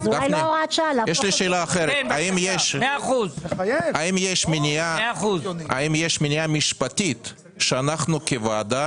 האם יש מניעה משפטית שאנחנו כוועדה